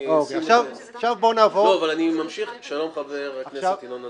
שלום חבר הכנסת ינון אזולאי.